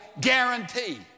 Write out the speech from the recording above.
guarantee